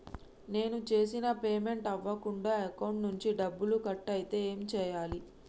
నేను చేసిన పేమెంట్ అవ్వకుండా అకౌంట్ నుంచి డబ్బులు కట్ అయితే ఏం చేయాలి?